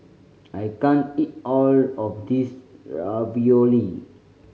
I can't eat all of this Ravioli